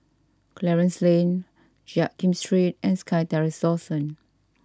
Clarence Lane Jiak Kim Street and SkyTerrace Dawson